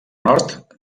nord